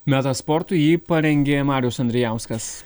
metas sportui jį parengė marius andrijauskas